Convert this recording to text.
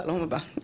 החלום הבא,